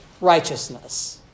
righteousness